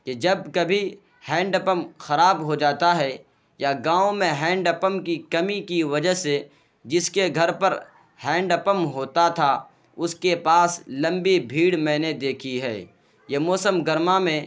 کہ جب کبھی ہینڈ پمپ خراب ہو جاتا ہے یا گاؤں میں ہینڈ پمپ کی کمی کی وجہ سے جس کے گھر پر ہینڈ پمپ ہوتا تھا اس کے پاس لمبی بھیڑ میں نے دیکھی ہے یہ موسم گرما میں